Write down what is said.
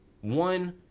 one